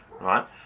right